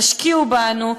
תשקיעו בנו.